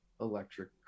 electric